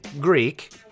Greek